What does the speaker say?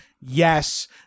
yes